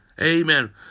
Amen